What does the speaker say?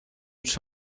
czy